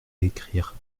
écrire